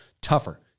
tougher